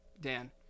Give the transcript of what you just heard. Dan